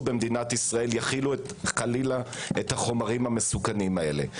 במדינת ישראל יכילו חלילה את החומרים המסוכנים האלה.